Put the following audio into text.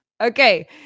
okay